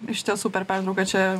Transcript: iš tiesų per pertrauką čia